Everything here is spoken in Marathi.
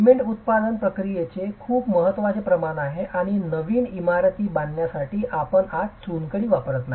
सिमेंट उत्पादन प्रक्रियेचे खूप महत्वाचे प्रमाण आहे आणि नवीन इमारती बांधण्यासाठी आपण आज चुनखडी वापरत नाही